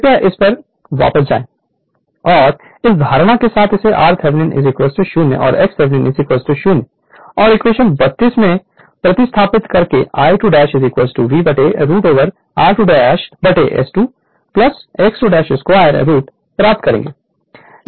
कृपया इस पर वापस जाएं और इस धारणा के साथ इसे r Thevenin 0 और x Thevenin 0 और इक्वेशन 32 में प्रतिस्थापित करके I2 Vroot over r2 S2 x 2 2 root प्राप्त करेंगे